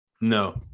No